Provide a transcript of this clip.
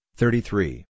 thirty-three